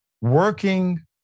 Working